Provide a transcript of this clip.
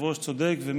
התשנ"ד 1994,